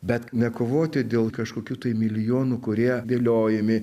bet nekovoti dėl kažkokių tai milijonų kurie dėliojami